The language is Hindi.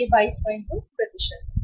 यह 222 है